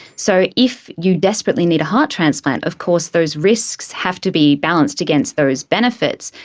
so if you desperately need a heart transplant, of course those risks have to be balanced against those benefits,